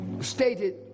stated